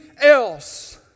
else